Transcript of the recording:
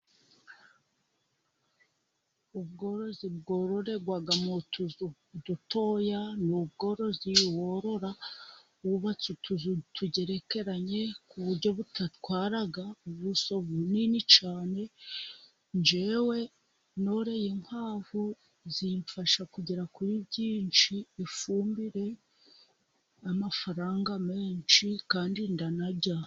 Ubworozi bwororerwa mu tuzu dutoya, ni ubworozi worora wubatse utuzu tugerekeranye ku buryo budatwara ubuso bunini cyane njyewe noroye inkwavu zimfasha kugera kuri byinshi, ifumbire n'amafaranga menshi kandi ndanarya.